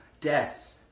death